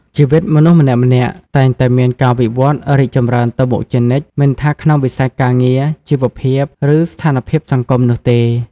ជីវិតមនុស្សម្នាក់ៗតែងតែមានការវិវត្តន៍រីកចម្រើនទៅមុខជានិច្ច មិនថាក្នុងវិស័យការងារ ជីវភាព ឬស្ថានភាពសង្គមនោះទេ។